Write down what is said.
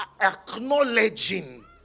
acknowledging